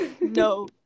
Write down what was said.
No